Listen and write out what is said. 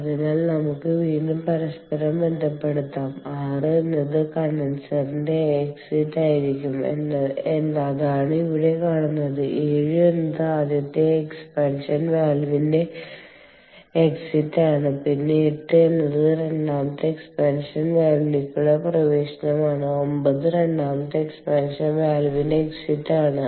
അതിനാൽ നമുക്ക് വീണ്ടും പരസ്പരം ബന്ധപ്പെടുത്താം 6 എന്നത് കണ്ടൻസറിന്റെ എക്സിറ്റ് ആയിരിക്കും അതാണ് ഇവിടെ കാണുന്നത് 7 എന്നത് ആദ്യത്തെ എക്സ്പാൻഷൻ വാൽവിന്റെ എക്സിറ്റ് ആണ് പിന്നെ 8 എന്നത് രണ്ടാമത്തെ എക്സ്പാൻഷൻ വാൽവിലേക്കുള്ള പ്രവേശനമാണ് 9 രണ്ടാമത്തെ എക്സ്പാൻഷൻ വാൽവിന്റെ എക്സിറ്റ് ആണ്